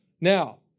Now